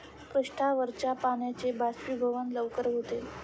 पृष्ठावरच्या पाण्याचे बाष्पीभवन लवकर होते